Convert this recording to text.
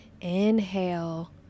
inhale